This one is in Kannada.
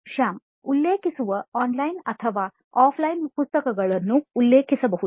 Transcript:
ಶ್ಯಾಮ್ ಉಲ್ಲೇಖಿಸುವ ಆನ್ಲೈನ್ ಮತ್ತು ಆಫ್ಲೈನ್ ಪುಸ್ತಕಗಳನ್ನು ಉಲ್ಲೇಖಿಸಬಹುದು